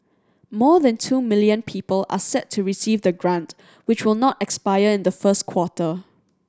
more than two million people are set to receive the grant which will not expire in the first quarter